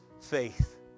faith